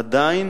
עדיין